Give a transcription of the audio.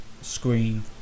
screen